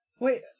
Wait